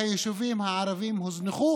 והיישובים הערביים הוזנחו,